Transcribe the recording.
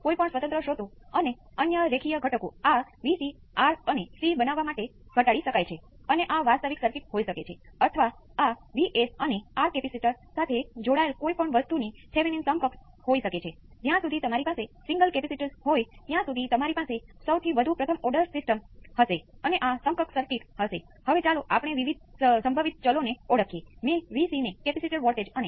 તેથી VC 1 જે v p cos ω t ϕ નો સ્ટડી સ્ટેટ રિસ્પોન્સ આપે છે V c 2 એ V p × sin ω t ϕ નો સ્ટડી સ્ટેટ રિસ્પોન્સ છે અને આપણે જાણીએ છીએ કે આ સુપર પોઝિશનને અનુસરે છે